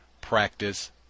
practice